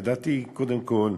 לדעתי, קודם כול,